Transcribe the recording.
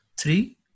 three